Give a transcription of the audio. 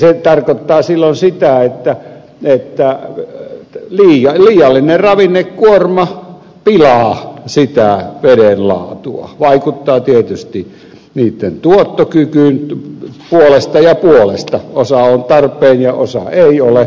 se tarkoittaa silloin sitä että liiallinen ravinnekuorma pilaa sitä veden laatua vaikuttaa tietysti niiden tuottokykyyn puolesta ja puolesta osa on tarpeen ja osa ei ole